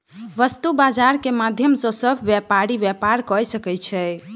वस्तु बजार के माध्यम सॅ सभ व्यापारी व्यापार कय सकै छै